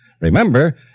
Remember